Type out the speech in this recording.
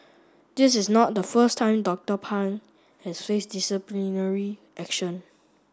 this is not the first time Doctor Pang has faced disciplinary action